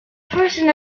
portion